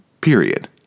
period